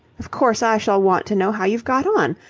of course, i shall want to know how you've got on.